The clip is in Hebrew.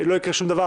לא יקרה שום דבר.